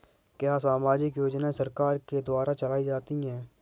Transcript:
क्या सामाजिक योजनाएँ सरकार के द्वारा चलाई जाती हैं?